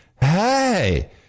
hey